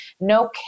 no